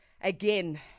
again